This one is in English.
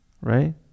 right